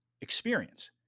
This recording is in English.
experience